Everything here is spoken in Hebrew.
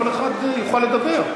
כל אחד יוכל לדבר.